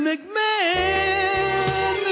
McMahon